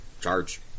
charge